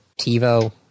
TiVo